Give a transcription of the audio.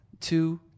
two